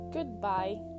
Goodbye